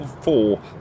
four